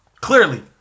Clearly